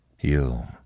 You